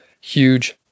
huge